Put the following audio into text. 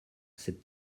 cette